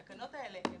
בתקנות האלה,